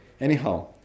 Anyhow